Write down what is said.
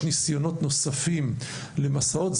ניסיונות נוספים למסעות.